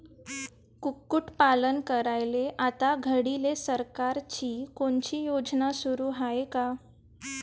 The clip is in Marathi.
कुक्कुटपालन करायले आता घडीले सरकारची कोनची योजना सुरू हाये का?